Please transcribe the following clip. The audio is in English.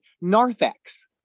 narthex